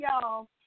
y'all